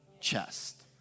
chest